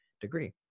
degree